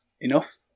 enough